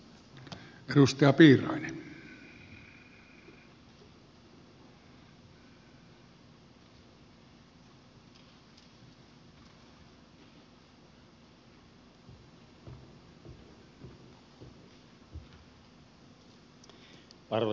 arvoisa puhemies